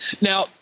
Now